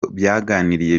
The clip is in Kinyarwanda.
baganiriye